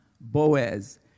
Boaz